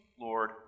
Lord